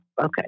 okay